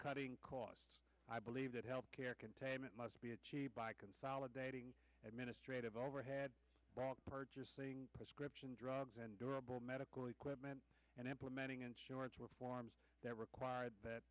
cutting costs i believe that health care containment must be achieved by consolidating administrative overhead rock purchasing prescription drugs and durable medical equipment and implementing insurance reforms that require that